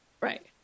right